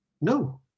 No